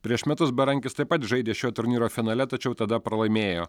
prieš metus berankis taip pat žaidė šio turnyro finale tačiau tada pralaimėjo